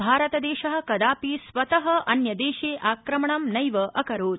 भारतदेश कदापि स्वत अन्य देशे आकप्रणं नैव अकरोत्